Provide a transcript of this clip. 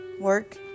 work